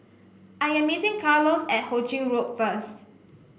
I am meeting Carlos at Ho Ching Road first